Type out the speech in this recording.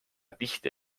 tihti